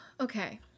Okay